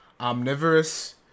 omnivorous